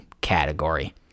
category